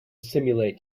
simulate